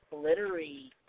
Glittery